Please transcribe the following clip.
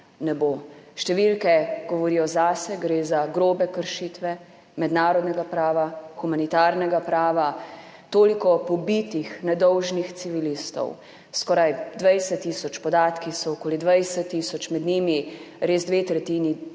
Številke govorijo zase, gre za grobe kršitve mednarodnega prava, humanitarnega prava, toliko pobitih nedolžnih civilistov, skoraj 20 tisoč, podatki so okoli 20 tisoč, med njimi res dve tretjini